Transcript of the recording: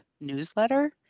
newsletter